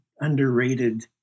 underrated